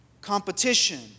competition